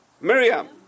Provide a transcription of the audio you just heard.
Miriam